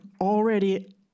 already